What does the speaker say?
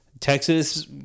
Texas